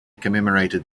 commemorated